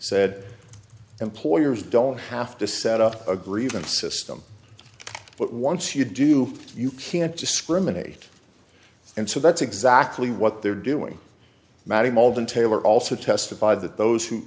said employers don't have to set up a grievance system but once you do you can't discriminate and so that's exactly what they're doing madam alton taylor also testified that those who